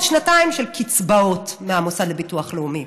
לשנתיים של קצבאות מהמוסד לביטוח לאומי,